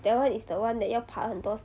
that [one] is the one that 要爬很多